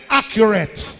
accurate